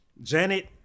Janet